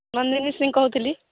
sing କହୁଥିଲି